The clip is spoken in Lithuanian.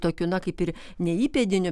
tokiu na kaip ir ne įpėdiniu